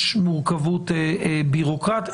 יש מורכבות בירוקרטית.